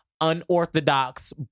Unorthodox